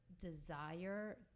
desire